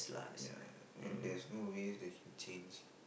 ya and there's no way that can change